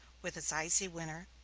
with its icy winter,